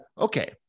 okay